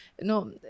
No